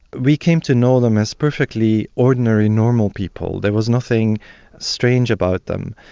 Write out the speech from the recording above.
we came to know them as perfectly ordinary, normal people, there was nothing strange about them.